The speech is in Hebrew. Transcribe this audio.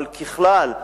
אבל ככלל,